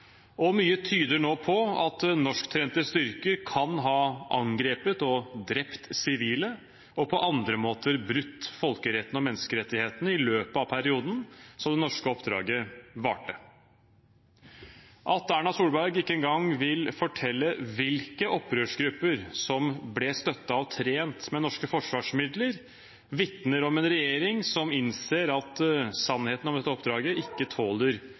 og mye tyder nå på at norsktrente styrker kan ha angrepet og drept sivile og på andre måter brutt folkeretten og menneskerettighetene i løpet av perioden som det norske oppdraget varte. At Erna Solberg ikke engang vil fortelle hvilke opprørsgrupper som ble støttet og trent med norske forsvarsmidler, vitner om en regjering som innser at sannheten om dette oppdraget ikke tåler